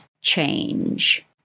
change